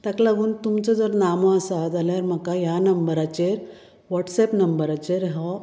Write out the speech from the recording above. ताका लागून तुमचो जर नामो आसा जाल्यार म्हाका ह्या नंबराचेर व्हाॅटसेप नंबराचेर हो